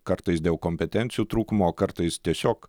kartais dėl kompetencijų trūkumo o kartais tiesiog